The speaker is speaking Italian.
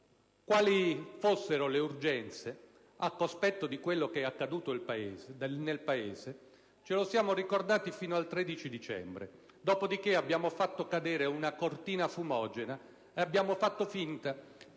Quali fossero le urgenze al cospetto di quello che è accaduto nel Paese ce lo siamo ricordati fino al 13 dicembre; dopodiché è stata eretta una cortina fumogena e si è fatto finta che